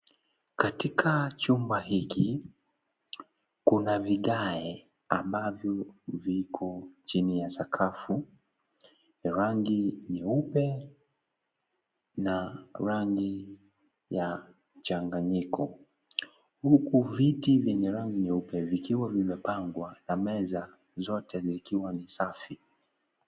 Katika chumba hiki kuna vigae ambavyo viko chini ya sakafu ya rangi nyeupe na rangi ya mchanganyika huku viti vyenye rangi nyeupe vikiwa vimepangwa na meza zote zikiwa ni safi.